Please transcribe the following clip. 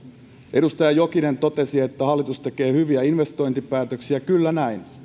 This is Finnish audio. edustaja jokinen totesi että hallitus tekee hyviä investointipäätöksiä kyllä näin